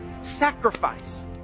sacrifice